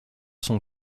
son